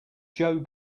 joe